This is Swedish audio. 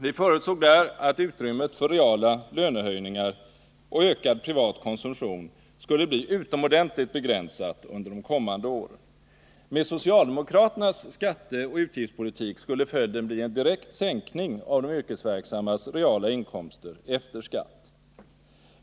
Vi förutsåg där att utrymmet för reala lönehöjningar och ökad privat konsumtion skulle bli utomordentligt begränsat under de kommande åren. Med socialdemokraternas skatteoch utgiftspolitik skulle följden bli en direkt sänkning av de yrkesverksammas reala inkomster efter skatt.